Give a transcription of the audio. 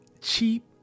cheap